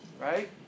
right